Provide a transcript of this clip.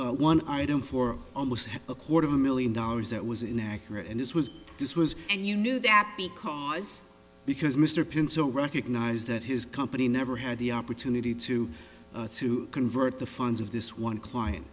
one one item for almost a quarter of a million dollars that was inaccurate and this was this was and you knew that because because mr pinto recognized that his company never had the opportunity to to convert the funds of this one client